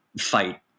fight